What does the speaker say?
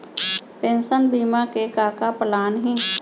Pension बीमा के का का प्लान हे?